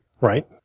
Right